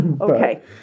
Okay